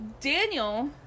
Daniel